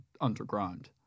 underground